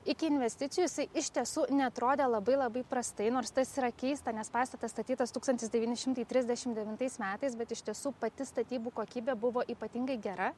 iki investicijų jisai iš tiesų neatrodė labai labai prastai nors tas yra keista nes pastatas statytas tūkstantis devyni šimtai trisdešimt devintais metais bet iš tiesų pati statybų kokybė buvo ypatingai gera